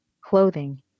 clothing